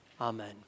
Amen